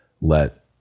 let